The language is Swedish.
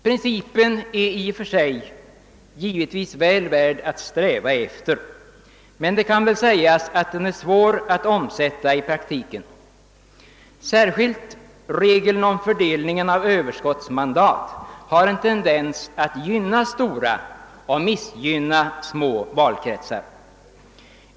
Principen är väl värd att sträva efter men svår att omsätta i praktiken. Särskilt regeln om fördelningen av Överskottsmandat har en tendens att gynna stora och missgynna små valkretsar.